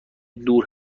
دور